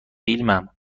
قلمم